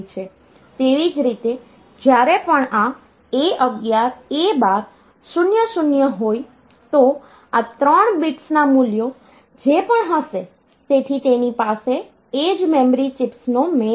તેવી જ રીતે જ્યારે પણ આ A11 A12 0 0 હોય તો આ ત્રણ બિટ્સના મૂલ્યો જે પણ હશે તેથી તેની પાસે એ જ મેમરી ચિપ્સનો મેપ હશે